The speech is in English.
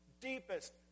deepest